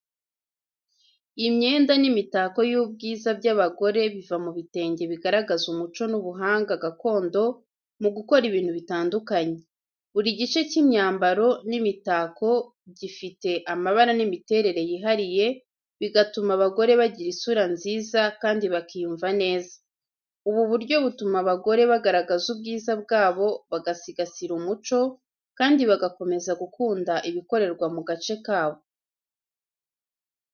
Imyenda n’imitako y'ubwiza by’abagore biva mu bitenge bigaragaza umuco n’ubuhanga gakondo mu gukora ibintu bitandukanye. Buri gice cy’imyambaro n’imitako gifite amabara n’imiterere yihariye, bigatuma abagore bagira isura nziza kandi bakiyumva neza. Ubu buryo butuma abagore bagaragaza ubwiza bwabo, bagasigasira umuco kandi bagakomeza gukunda ibikorerwa mu gace kabo.